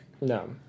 No